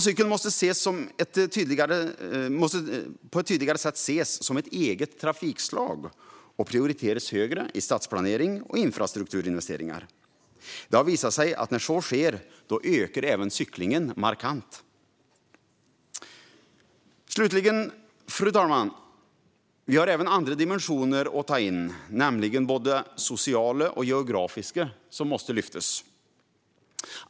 Cykeln måste på ett tydligare sätt ses som ett eget trafikslag och prioriteras högre i stadsplanering och infrastrukturinvesteringar. Det har visat sig att när så sker ökar även cyklingen markant. Fru talman! Slutligen har vi även andra dimensioner att ta in och lyfta fram, nämligen både sociala och geografiska.